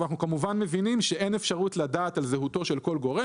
אנחנו כמובן מבינים שאין אפשרות לדעת על זהותו של כל גורם.